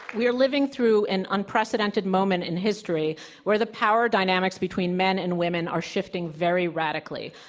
we are living through an unprecedented moment in history where the power dynamics between men and women are shifting very radically.